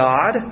God